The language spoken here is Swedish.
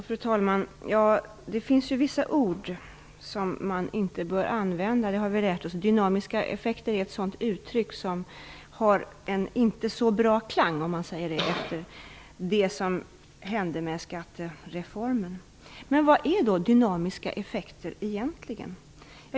Fru talman! Det finns vissa ord som man inte bör använda, det har vi lärt oss. Dynamiska effekter är ett sådant uttryck som inte har en så bra klang efter det som hände med skattereformen. Men vad är då dynamiska effekter egentligen?